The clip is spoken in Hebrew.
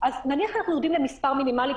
אז נניח שאנחנו יורדים למספר מינימלי,